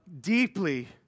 deeply